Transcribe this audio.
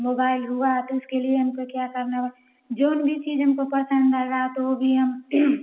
mobile हुआ तो उसके लिए हमको क्या करना है जोन भी चीज़ हमको परसंद आएगा तो ओ भी हम